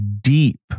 deep